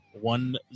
One